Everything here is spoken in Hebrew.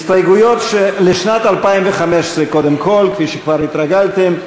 הסתייגויות לשנת 2015 קודם כול, כפי שכבר התרגלתם.